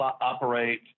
operate